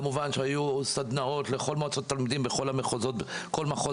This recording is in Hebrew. כמובן שהיו סדנאות לכל מועצות התלמידים בכל מחוז בנפרד,